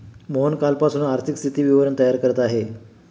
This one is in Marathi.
मोहन कालपासून आर्थिक स्थिती विवरण तयार करत आहे